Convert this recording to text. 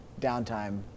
downtime